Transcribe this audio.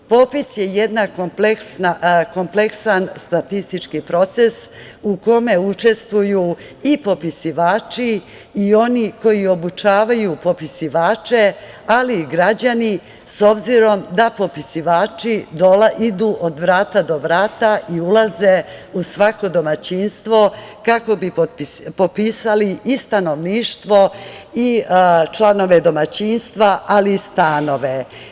Popis je jedna kompleksan statistički proces u kome učestvuju i popisivači i oni koji obučavaju popisivače, ali i građani s obzirom da popisivači idu od vrata do vrata i ulaze u svako domaćinstvo kako bi popisali i stanovništvo i članove domaćinstva, ali i stanove.